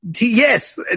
Yes